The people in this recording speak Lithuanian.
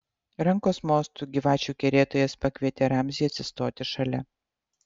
rankos mostu gyvačių kerėtojas pakvietė ramzį atsistoti šalia